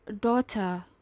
daughter